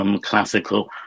classical